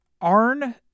Arn